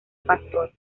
pastor